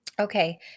Okay